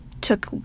took